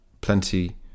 plenty